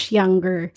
younger